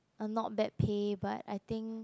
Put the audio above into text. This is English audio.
a not bad pay but I think